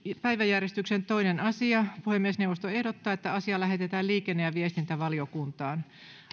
päiväjärjestyksen toinen asia puhemiesneuvosto ehdottaa että asia lähetetään liikenne ja viestintävaliokuntaan